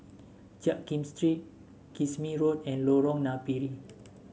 Jiak Kim Street Kismis Road and Lorong Napiri